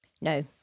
No